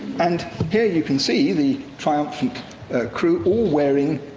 and here you can see the trial fleet crew all wearing